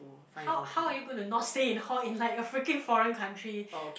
how how are you gonna not stay in hall in like a freaking foreign country